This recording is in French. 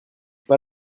pas